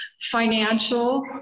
financial